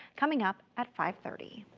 coming up at five thirty.